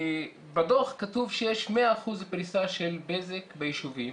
בדוח כתוב שיש 100% פריסה של בזק ביישובים